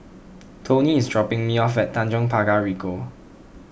Tony is dropping me off at Tanjong Pagar Ricoh